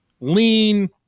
lean